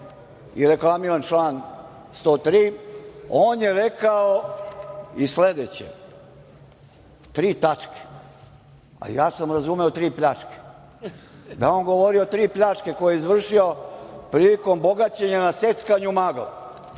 i reklamiram član 103, on je rekao i sledeće – tri tačke. Ja sam razumeo – tri pljačke, da je on govorio o tri pljačke koje je izvršio prilikom bogaćenja na seckanju magle.